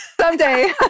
Someday